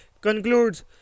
concludes